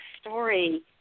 story